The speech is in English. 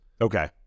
okay